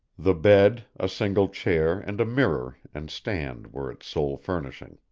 the bed, a single chair and a mirror and stand were its sole furnishing.